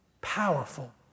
powerful